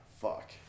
Fuck